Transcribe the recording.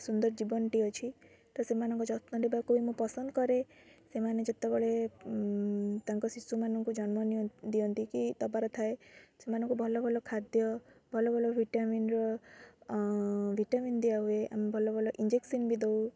ସୁନ୍ଦର ଜୀବନଟି ଅଛି ତ ସେମାନଙ୍କ ଯତ୍ନ ନେବାକୁ ମୁଁ ପସନ୍ଦ କରେ ସେମାନେ ଯେତେବେଳେ ତାଙ୍କ ଶିଶୁମାନଙ୍କୁ ଜନ୍ମ ଦିଅନ୍ତି କି ଦେବାର ଥାଏ ସେମାନଙ୍କୁ ଭଲ ଭଲ ଖାଦ୍ୟ ଭଲ ଭଲ ଭିଟାମିନ୍ର ଭିଟାମିନ୍ ଦିଆ ହୁଏ ଭଲ ଭଲ ଇଞ୍ଜେକ୍ସନ୍ ବି ଦେଉ